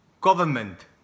government